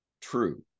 true